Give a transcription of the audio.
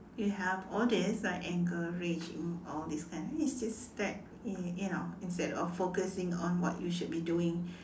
you have all this like anger rage and all this kind you know instead of focusing on what you should be doing